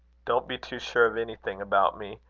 don't be too sure of anything about me.